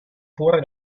pure